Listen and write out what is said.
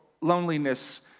loneliness